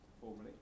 formally